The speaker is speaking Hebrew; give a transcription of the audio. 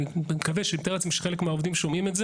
אני מתאר לעצמי שחלק מהעובדים שומעים את זה